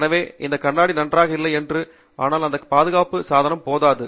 எனவே இந்த கண்ணாடி நன்றாக இல்லை என்று இல்லை ஆனால் இந்த ஒரு பாதுகாப்பு சாதனம் போதாது